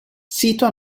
sito